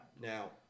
Now